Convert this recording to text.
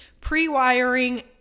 pre-wiring